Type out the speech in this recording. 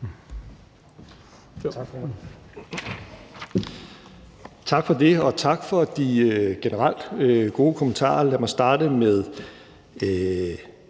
Tak, formand. Og tak for de generelt gode kommentarer. Lad mig starte med